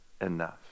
enough